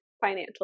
financial